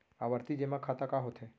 आवर्ती जेमा खाता का होथे?